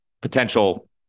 potential